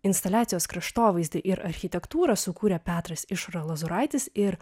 instaliacijos kraštovaizdį ir architektūrą sukūrė petras išora lozoraitis ir